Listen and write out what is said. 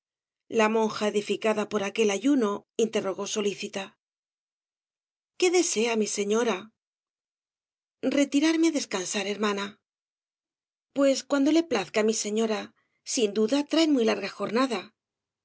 la monja edificada por aquel ayuno interrogó solícita qué desea mi señora retirarme á descansar hermana pues cuando le plazca mi señora sin cuda traen muy larga jornada